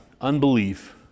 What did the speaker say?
Unbelief